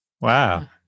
Wow